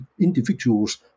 individual's